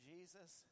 Jesus